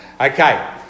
Okay